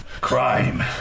crime